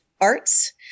arts